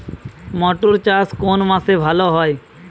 মটর চাষ কোন মাসে ভালো হয়?